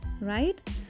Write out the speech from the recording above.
right